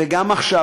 וגם עכשיו,